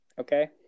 okay